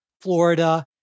Florida